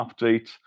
update